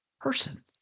person